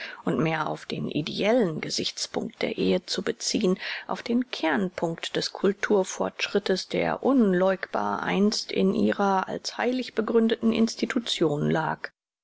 und mehr auf den ideellen gesichtspunkt der ehe zu beziehen auf den kernpunkt des kulturfortschrittes der unläugbar einst in ihrer als heilig begründeten institution lag